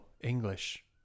English